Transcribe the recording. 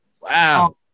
Wow